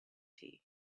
tea